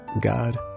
God